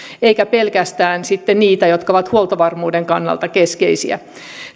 eikä pelkästään sitten niitä jotka ovat huoltovarmuuden kannalta keskeisiä